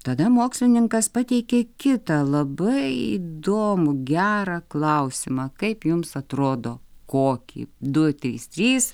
tada mokslininkas pateikė kitą labai įdomų gerą klausimą kaip jums atrodo kokį du trys trys